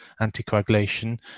anticoagulation